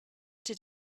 did